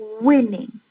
winning